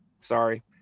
Sorry